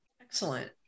Excellent